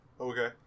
Okay